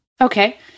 Okay